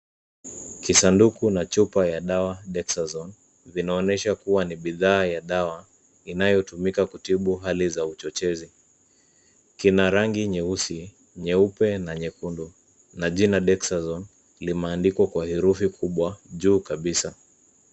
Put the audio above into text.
Kisanduku na chupa ya dawa Dexazone, vinaonyesha kuwa ni bidhaa ya dawa inayotumika kutibu hali za uchochezi. Kina rangi nyeusi, nyeupe na nyekundu na jina Dexazone, limeandikwa kwa herufi kubwa juu kabisa.